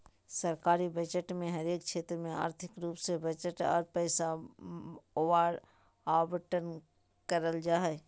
सरकारी बजट मे हरेक क्षेत्र ले आर्थिक रूप से बजट आर पैसा आवंटन करल जा हय